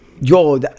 yo